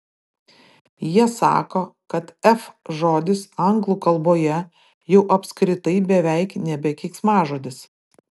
jie sako kad f žodis anglų kalboje jau apskritai beveik nebe keiksmažodis